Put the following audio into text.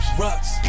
rocks